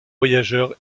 voyageurs